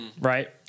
right